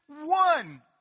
one